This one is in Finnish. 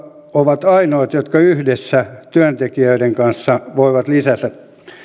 ovat ainoat jotka yhdessä työntekijöiden kanssa voivat lisätä